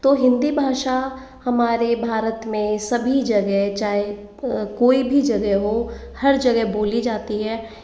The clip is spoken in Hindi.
तो हिंदी भाषा हमारे भारत में सभी जगह चाहे कोई भी जगह हो हर जगह बोली जाती है